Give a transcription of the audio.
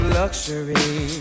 luxury